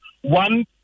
one